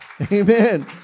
amen